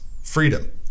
freedom